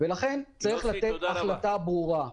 לכן צריך החלטה ברורה.